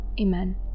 Amen